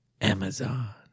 Amazon